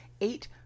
eight